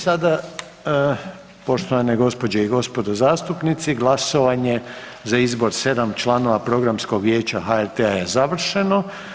sada poštovane gospođe i gospodo zastupnici glasovanje za izbor sedam članova Programskog vijeća HRT-a je završeno.